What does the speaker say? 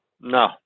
No